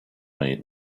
may